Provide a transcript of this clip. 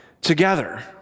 together